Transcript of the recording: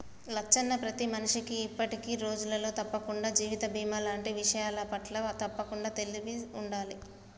లచ్చన్న ప్రతి మనిషికి ఇప్పటి రోజులలో తప్పకుండా జీవిత బీమా లాంటి విషయాలపట్ల తప్పకుండా తెలిసి ఉండాలంట